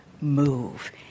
move